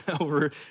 over